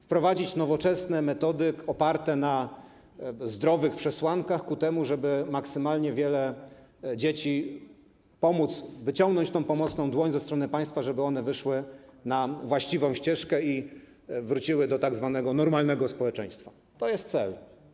Wprowadzić nowoczesne metody, oparte na zdrowych przesłankach ku temu, żeby pomóc maksymalnie wielu dzieciom, wyciągnąć pomocną dłoń ze strony państwa, żeby one wyszły na właściwą ścieżkę i wróciły do tzw. normalnego społeczeństwa - to jest cel.